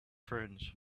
friends